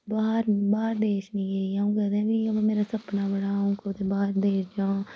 बाह्र बाह्र देश नी गेई अ'ऊं कदें बी अमां मेरा सपना बड़ा अ'ऊं कुदै बाह्र देश जां